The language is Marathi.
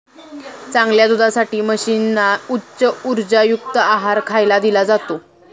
चांगल्या दुधासाठी म्हशींना उच्च उर्जायुक्त आहार खायला दिला जातो